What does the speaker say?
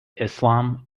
islam